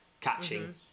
catching